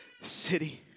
city